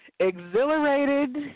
exhilarated